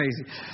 crazy